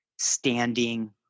standing